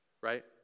right